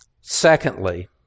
Secondly